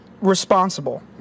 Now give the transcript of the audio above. Responsible